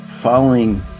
following